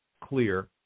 clear